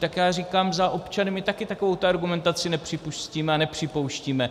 Tak já říkám za občany my taky takovouto argumentaci nepřipustíme a nepřipouštíme.